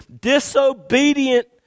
disobedient